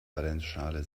valenzschale